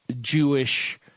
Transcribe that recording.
Jewish –